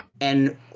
and-